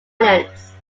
islands